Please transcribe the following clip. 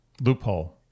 Loophole